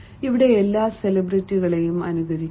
അവിടെ എല്ലാ സെലിബ്രിറ്റികളെയും അനുകരിക്കുന്നു